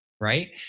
right